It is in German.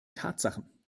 tatsachen